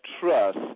trust